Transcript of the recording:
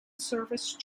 service